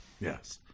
Yes